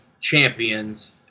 champions